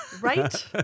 Right